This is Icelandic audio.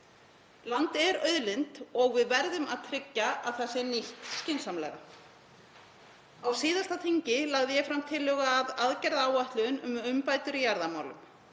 Land er auðlind og við verðum að tryggja að það sé nýtt skynsamlega. Á síðasta þingi lagði ég fram tillögu að aðgerðaáætlun um umbætur í jarðamálum.